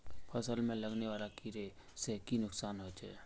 फसल में लगने वाले कीड़े से की नुकसान होचे?